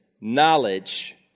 Knowledge